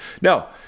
now